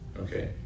Okay